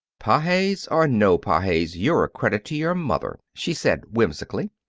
pages or no pages, you're a credit to your mother, she said, whimsically.